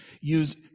use